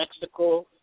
Mexico